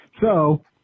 So-